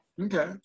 Okay